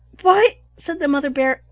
why! said the mother bear,